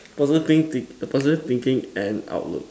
positive think positive thinking and outlook